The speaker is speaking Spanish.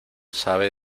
sabe